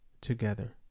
Together